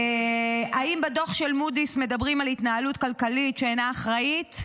האם בדוח של מודי'ס מדברים על התנהלות כלכלית שאינה אחראית?